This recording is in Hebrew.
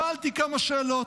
שאלתי כמה שאלות,